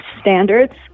standards